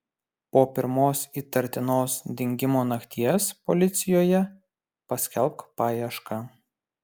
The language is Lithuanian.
po pirmos įtartinos dingimo nakties policijoje paskelbk paiešką